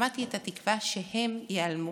שמעתי את התקווה שהם ייעלמו